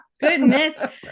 goodness